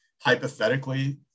hypothetically